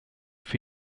for